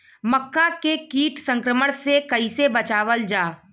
मक्का के कीट संक्रमण से कइसे बचावल जा?